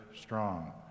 strong